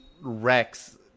Rex